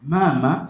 Mama